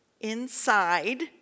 inside